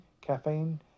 caffeine